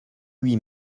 huit